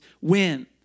win